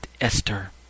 Esther